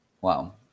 Wow